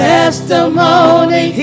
Testimony